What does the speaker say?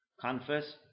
confess